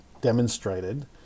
demonstrated